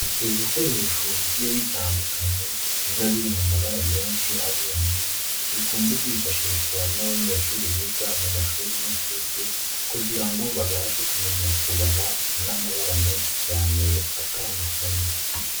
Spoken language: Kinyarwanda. Ibikoresho bigiye bitandukanye biba biri mu mabara menshi anyuranye, bikunze kwifashishwa n'abanyeshuri biga mu mashuri y'incuke kugira ngo babashe kumenya kubara n'amabra menshi cyane atandukanye.